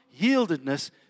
yieldedness